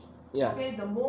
ya